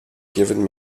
given